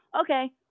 Okay